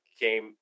came